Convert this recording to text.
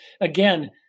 again